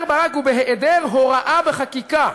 אומר ברק: ובהיעדר הוראה בחקיקה